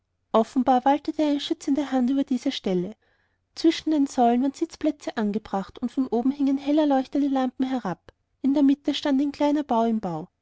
offenbar waltete eine schützende hand über dieser stelle zwischen den säulen waren sitzplätze angebracht und von oben hingen kleine hell leuchtende lampen herab in der mitte aber stand ein kleiner bau im bau